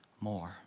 more